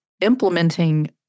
implementing